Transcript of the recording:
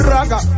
Raga